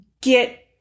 get